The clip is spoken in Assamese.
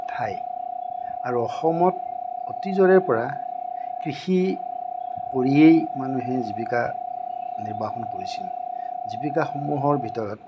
ঠাই আৰু অসমত অতীজৰে পৰা কৃষি কৰিয়েই মানুহে জীৱিকা নিৰ্বাহ কৰিছিল জীৱিকাসমূহৰ ভিতৰত